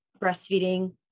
breastfeeding